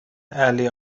علی